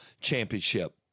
championship